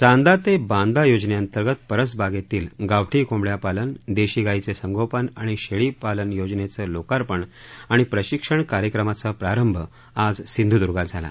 चांदा ते बांदा योजनेअंतर्गत परसबागेतील गावठी कोंबड्या पालन देशी गाईचे संगोपन आणि शेळी पालन योजनेचं लोकार्पण आणि प्रशिक्षण कार्यक्रमाचा प्रारंभ आज सिंधुदुर्गात झाला